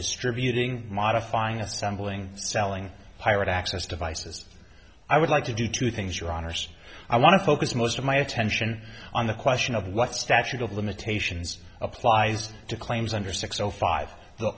distributing modifying assembling selling pirate access devices i would like to do two things your honors i want to focus most of my attention on the question of what statute of limitations applies to claims under six o five the